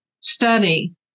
study